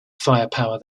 firepower